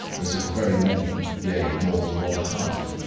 as that very many, yea more than one-half,